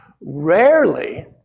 Rarely